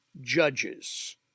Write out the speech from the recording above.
judges